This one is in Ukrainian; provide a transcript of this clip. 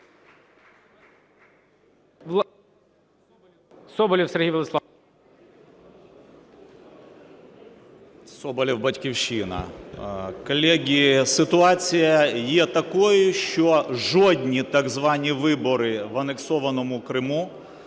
Соболєв, "Батьківщина". Колеги, ситуація є такою, що жодні так звані вибори в анексованому Криму